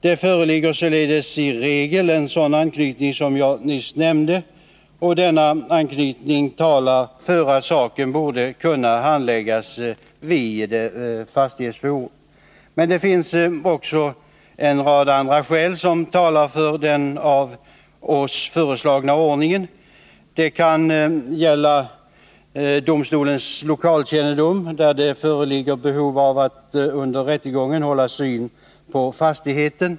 Det föreligger således i regel en sådan anknytning som jag nyss nämnde, och denna anknytning talar för att saken borde kunna handläggas vid fastighetsforum. Men det finns också en rad andra skäl som talar för den av oss föreslagna ordningen. Det kan gälla domstolens lokalkännedom när det föreligger behov av att under rättegången hålla syn på fastigheten.